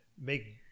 make